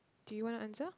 do you wanna answer